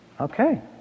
Okay